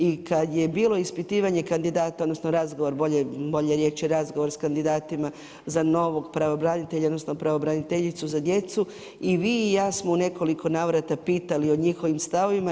I kada je bilo ispitivanje kandidata odnosno razgovor bolja riječ razgovor sa kandidatima za novog pravobranitelja odnosno pravobraniteljicu za djecu i vi i ja smo u nekoliko navrata pitali o njihovim stavovima.